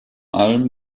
allem